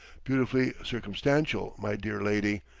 beautifully circumstantial, my dear lady,